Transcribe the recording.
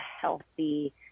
healthy